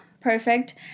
perfect